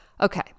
Okay